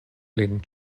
lin